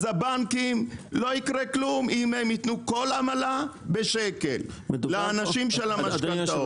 הבנקים לא יקרה כלום אם הם ייתנו כל עמלה בשקל לאנשים של המשכנתאות.